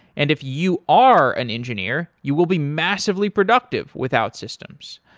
and if you are an engineer, you will be massively productive with outsystems.